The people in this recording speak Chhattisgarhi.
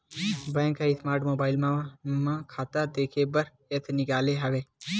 बेंक ह स्मार्ट मोबईल मन म खाता देखे बर ऐप्स निकाले हवय